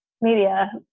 media